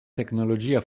tecnologia